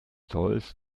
zolls